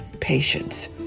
patience